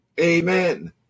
Amen